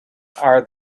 are